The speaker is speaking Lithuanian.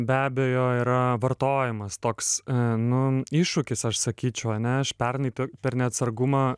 be abejo yra vartojamas toks a nu iššūkis aš sakyčiau ane aš pernai to per neatsargumą